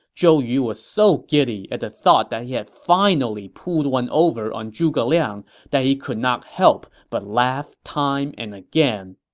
zhou yu was so giddy at the thought that he had finally pulled one over on zhuge liang that he couldn't help but laugh time and again